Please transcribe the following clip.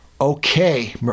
okay